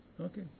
okay